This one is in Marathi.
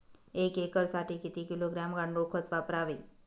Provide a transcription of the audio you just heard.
एक एकरसाठी किती किलोग्रॅम गांडूळ खत वापरावे?